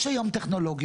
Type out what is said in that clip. יש היום טכנולוגיות,